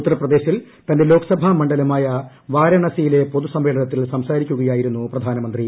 ഉത്തർപ്രദേശിൽ തന്റെ ലോക്സഭാ മണ്ഡലമായ വാരണസിയിലെ പൊതുസമ്മേളനത്തിൽ സംസാരിക്കുകയായിരുന്നു പ്രധാനമന്ത്രി